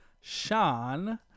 sean